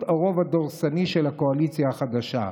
הרוב הדורסני של הקואליציה החדשה.